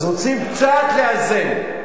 אז רוצים קצת לאזן,